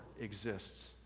exists